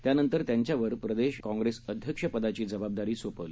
त्यानंतरत्यांच्यावरप्रदेशकाँग्रेसअध्यक्षपदाचीजबाबदारीसोपवली